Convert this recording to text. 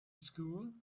school